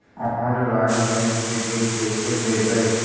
Online gas के bill कैसे देबै?